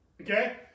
Okay